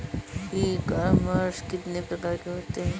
ई commerce कितने प्रकार के होते हैं?